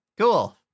cool